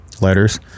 letters